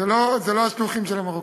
זה לא השלוחים של המרוקאים.